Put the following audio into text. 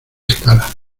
escala